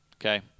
okay